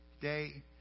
day